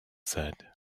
said